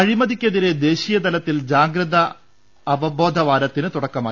അഴിമതിക്കെതിരെ ദേശീയ തലത്തിൽ ജാഗ്രതാ അവബോധ വാരത്തിന് തുടക്കമായി